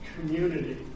community